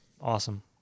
Awesome